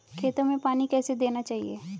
खेतों में पानी कैसे देना चाहिए?